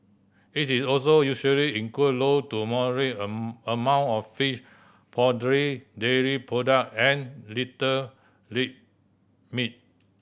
it is also usually include low to moderate amount of fish poultry dairy product and little read meat